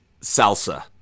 salsa